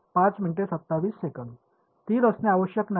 स्थिर असणे आवश्यक नाही